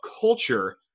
culture